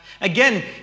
Again